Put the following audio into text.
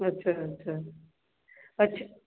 अच्छा अच्छा अच्छ